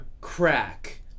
crack